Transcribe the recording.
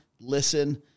listen